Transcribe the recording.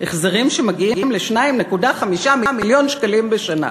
החזרים שמגיעים ל-2.5 מיליון שקלים בשנה.